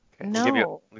No